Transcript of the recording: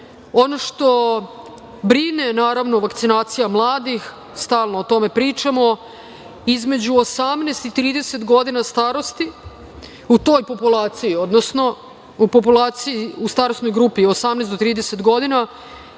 što brine, naravno, vakcinacija mladih. Stalno o tome pričamo, između 18 i 30 godina starosti u toj populaciji, odnosno u starosnoj grupi od 18-30 godina